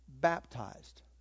baptized